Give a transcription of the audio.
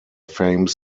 fame